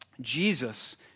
Jesus